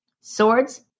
Swords